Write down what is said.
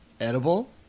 edible